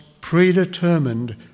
predetermined